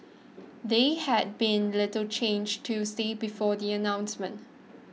they had been little changed Tuesday before the announcements